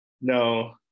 No